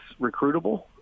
recruitable